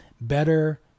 better